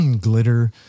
glitter